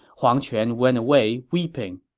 huang quan went away weeping